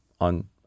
on